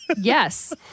Yes